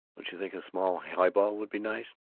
don't you think a small highball would be nice?